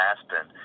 Aspen